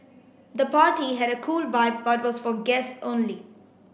the party had a cool vibe but was for guests only